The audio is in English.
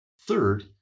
Third